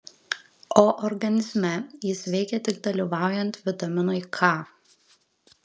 o organizme jis veikia tik dalyvaujant vitaminui k